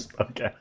Okay